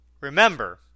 Remember